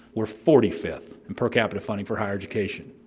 we're forty fifth in per capita funding for higher education.